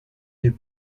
des